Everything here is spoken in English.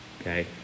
Okay